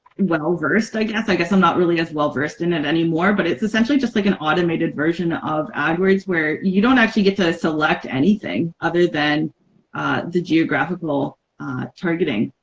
well-versed. i guess i guess i'm not really as well-versed in it anymore but it's essentially just like an automated version of adwords where you don't actually get to select anything other than the geographical targeting.